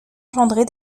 engendrer